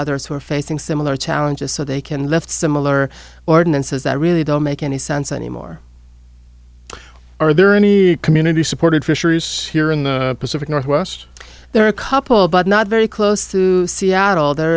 others who are facing similar challenges so they can left similar ordinances that really don't make any sense anymore are there any community supported fisheries here in the pacific northwest there are a couple but not very close to seattle